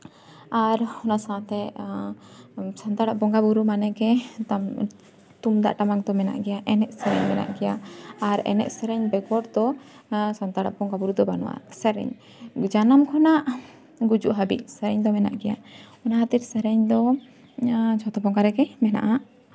ᱟᱨ ᱚᱱᱟ ᱥᱟᱶᱛᱮ ᱥᱟᱱᱛᱟᱲᱟᱜ ᱵᱚᱸᱜᱟᱼᱵᱩᱨᱩ ᱢᱟᱱᱮᱜᱮ ᱮᱠᱫᱚᱢ ᱛᱩᱢᱫᱟᱜ ᱴᱟᱢᱟᱠ ᱫᱚ ᱢᱮᱱᱟᱜ ᱜᱮᱭᱟ ᱮᱱᱮᱡ ᱥᱮᱨᱮᱧ ᱢᱮᱱᱟᱜ ᱜᱮᱭᱟ ᱟᱨ ᱮᱱᱮᱡ ᱥᱮᱨᱮᱧ ᱵᱮᱜᱚᱨ ᱫᱚ ᱥᱟᱱᱛᱟᱲᱟᱜ ᱵᱚᱸᱜᱟᱼᱵᱩᱨᱩ ᱫᱚ ᱵᱟᱹᱱᱩᱜᱼᱟ ᱥᱮᱨᱮᱧ ᱡᱟᱱᱟᱢ ᱠᱷᱚᱱᱟᱜ ᱜᱩᱡᱩᱜ ᱦᱟᱹᱵᱤᱡ ᱥᱮᱨᱮᱧ ᱫᱚ ᱢᱮᱱᱟᱜ ᱜᱮᱭᱟ ᱚᱱᱟ ᱠᱷᱟᱹᱛᱤᱨ ᱥᱮᱨᱮᱧ ᱫᱚ ᱡᱷᱚᱛᱚ ᱵᱚᱸᱜᱟ ᱨᱮᱜᱮ ᱢᱮᱱᱟᱜᱼᱟ